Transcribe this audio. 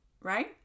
right